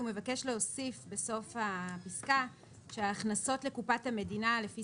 הוא מבקש להוסיף בסוף הפסקה שההכנסות לקופת המדינה לפי